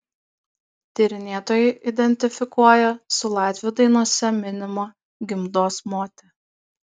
tyrinėtojai identifikuoja su latvių dainose minima gimdos mote